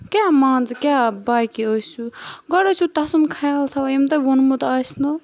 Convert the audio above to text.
کیاہ مان ژٕ کیاہ باقٕے ٲسِوٕ گۄڈٕ ٲسِو تَس سُنٛد خَیال تھاوان ییٚمہِ تۄہہِ ونمُت آسنو